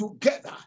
together